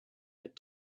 had